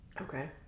Okay